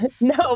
No